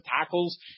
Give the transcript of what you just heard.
tackles